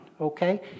okay